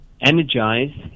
Energize